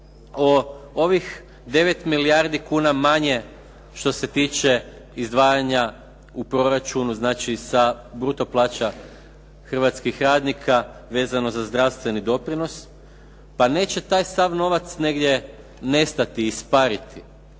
o ovih 9 milijardi kuna manje što se tiče izdvajanja u proračunu, znači sa bruto plaća hrvatskih radnika vezano za zdravstveni doprinos, pa neće taj sav novac negdje nestati, ispariti.